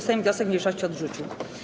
Sejm wniosek mniejszości odrzucił.